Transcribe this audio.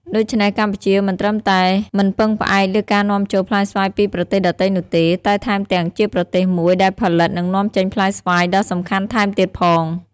ដូច្នេះ កម្ពុជាមិនត្រឹមតែមិនពឹងផ្អែកលើការនាំចូលផ្លែស្វាយពីប្រទេសដទៃនោះទេ តែថែមទាំងជាប្រទេសមួយដែលផលិត និងនាំចេញផ្លែស្វាយដ៏សំខាន់ថែមទៀតផង។